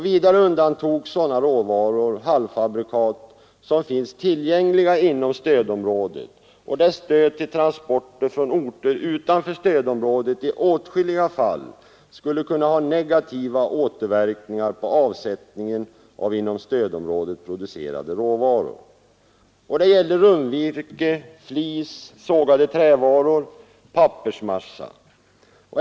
Vidare undantogs sådana råvaror och halvfabrikat som finns tillgängliga inom stödområdet och där stöd till transporter från orter utanför stödområdet i åtskilliga fall skulle ha negativa återverkningar på avsättningen av inom stödområdet producerade råvarur. Det gäller rundvirke, flis, sågade trävaror och pappersmassa.